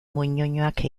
moñoñoak